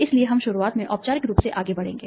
इसलिए हम शुरुआत में औपचारिक रूप से आगे बढ़ेंगे